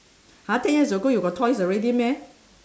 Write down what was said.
!huh! ten years ago you got toys already meh